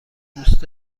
دوست